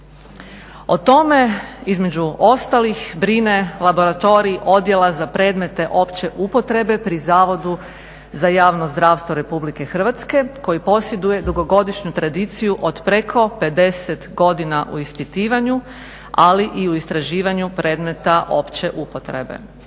O tome, između ostalih, brine laboratorij Odjela za predmete opće upotrebe pri Zavodu za javno zdravstvo RH koji posjeduje dugogodišnju tradiciju od preko 50 godina u ispitivanju ali i u istraživanju predmeta opće upotrebe.